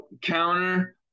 counter